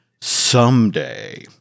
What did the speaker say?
someday